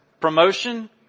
promotion